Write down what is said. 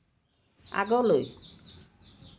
আগলৈ